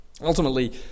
Ultimately